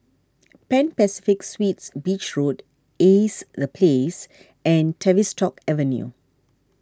Pan Pacific Suites Beach Road Ace the Place and Tavistock Avenue